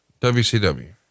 WCW